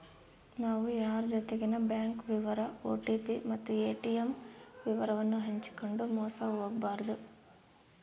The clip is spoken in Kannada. ನಾವು ಯಾರ್ ಜೊತಿಗೆನ ಬ್ಯಾಂಕ್ ವಿವರ ಓ.ಟಿ.ಪಿ ಮತ್ತು ಏ.ಟಿ.ಮ್ ವಿವರವನ್ನು ಹಂಚಿಕಂಡು ಮೋಸ ಹೋಗಬಾರದು